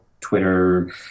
Twitter